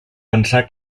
pensar